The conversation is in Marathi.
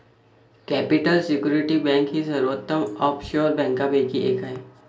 कॅपिटल सिक्युरिटी बँक ही सर्वोत्तम ऑफशोर बँकांपैकी एक आहे